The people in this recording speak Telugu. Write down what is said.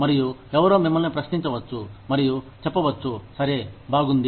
మరియు ఎవరో మిమ్మల్ని ప్రశ్నించవచ్చు మరియు చెప్పవచ్చు సరే బాగుంది